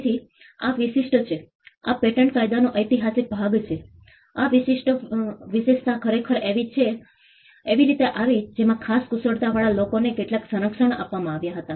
તેથી આ વિશિષ્ટ છે આ પેટન્ટ કાયદાનો ઐતિહાસિક ભાગ છે આ વિશિષ્ટ વિશેષતા ખરેખર એવી રીતે આવી જેમાં ખાસ કુશળતાવાળા લોકોને કેટલાક સંરક્ષણ આપવામાં આવ્યા હતા